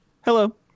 Hello